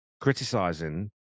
criticizing